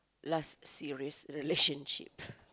last serious relationship